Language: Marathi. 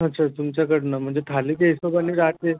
अच्छा तुमच्याकडून म्हणजे थालीच्या हिशेबाने राहते